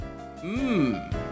Mmm